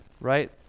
right